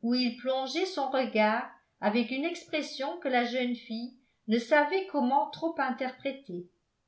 où il plongeait son regard avec une expression que la jeune fille ne savait comment trop interpréter